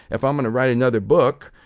if i'm going to write another book,